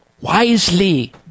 wisely